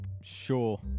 Sure